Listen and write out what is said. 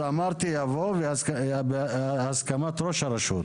אז אמרתי שיבוא "הסכמת ראש הרשות".